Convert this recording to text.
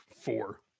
four